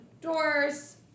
doors